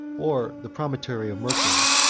or the promontory of mercury,